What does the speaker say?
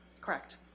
Correct